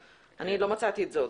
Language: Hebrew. אני לא מצאתי את זה עוד.